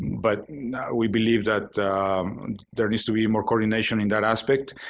but we believe that there needs to be more coordination in that aspect.